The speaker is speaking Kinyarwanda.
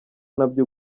nabyo